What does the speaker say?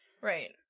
Right